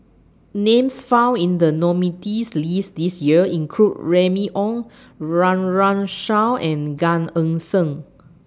Names found in The nominees' list This Year include Remy Ong Run Run Shaw and Gan Eng Seng